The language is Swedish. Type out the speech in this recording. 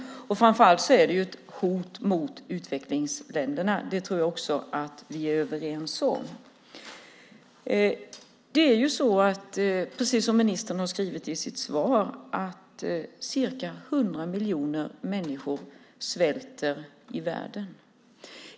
Framför allt är den ett hot mot utvecklingsländerna. Det tror jag också att vi är överens om. Precis som ministern har skrivit i sitt svar svälter ca 100 miljoner människor i världen.